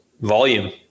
volume